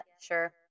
sure